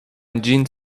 gene